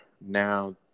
now